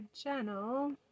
channel